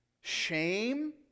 shame